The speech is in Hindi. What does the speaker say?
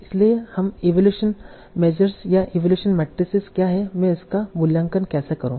इसके लिए हम इवैल्यूएशन मेजर्स या इवैल्यूएशन मैट्रिक्स क्या हैं मैं इसका मूल्यांकन कैसे करूँ